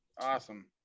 awesome